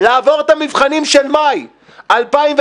לעבור את המבחנים של מאי 2015,